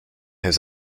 his